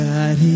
God